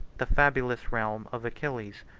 the fabulous realm of achilles,